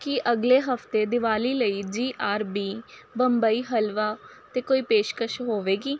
ਕੀ ਅਗਲੇ ਹਫਤੇ ਦੀਵਾਲੀ ਲਈ G R B Bombay halwa 'ਤੇ ਕੋਈ ਪੇਸ਼ਕਸ਼ ਹੋਵੇਗੀ